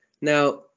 Now